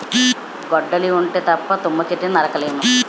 గొడ్డలి ఉంటే తప్ప తుమ్మ చెట్టు నరక లేము